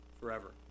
forever